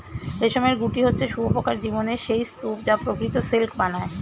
রেশমের গুটি হচ্ছে শুঁয়োপোকার জীবনের সেই স্তুপ যা প্রকৃত সিল্ক বানায়